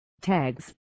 Tags